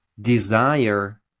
desire